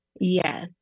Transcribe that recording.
Yes